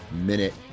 minute